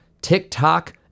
TikTok